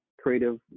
creative